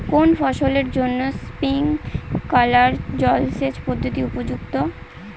কোন ফসলের জন্য স্প্রিংকলার জলসেচ পদ্ধতি উপযুক্ত?